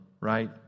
right